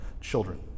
children